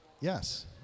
Yes